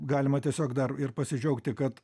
galima tiesiog dar ir pasidžiaugti kad